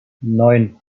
neun